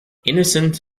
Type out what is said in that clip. innocent